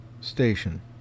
station